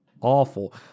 awful